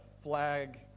flag